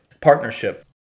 partnership